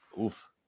oof